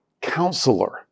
counselor